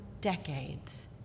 decades